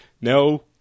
No